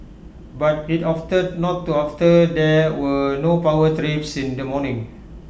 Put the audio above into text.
but IT opted not to after there were no power trips in the morning